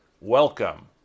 welcome